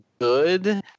good